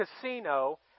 casino